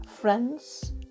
friends